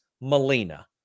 Melina